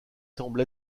semble